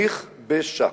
נכבשה.